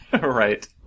Right